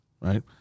right